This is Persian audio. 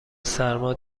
سرما